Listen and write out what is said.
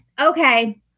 okay